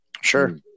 Sure